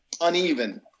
uneven